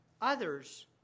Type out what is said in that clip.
others